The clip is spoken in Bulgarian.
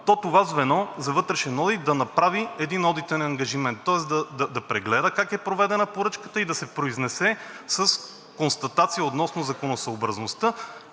то това звено за вътрешен одит да направи един одитен ангажимент, тоест да прегледа как е проведена поръчката и да се произнесе с констатация относно законосъобразността